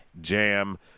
jam